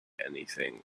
anything